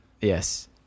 Yes